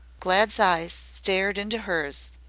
glad's eyes stared into hers,